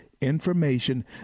information